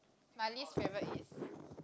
my least favourite is